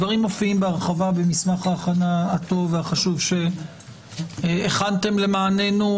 הדברים מופיעים בהרחבה במסמך ההכנה הטוב והחשוב שהכנתן למעננו.